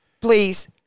please